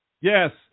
Yes